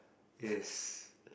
yes